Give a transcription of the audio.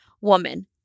woman